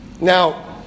Now